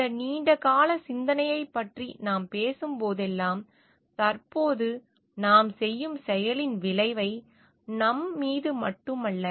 இந்த நீண்ட கால சிந்தனையைப் பற்றி நாம் பேசும் போதெல்லாம் தற்போது நாம் செய்யும் செயலின் விளைவை நம் மீது மட்டுமல்ல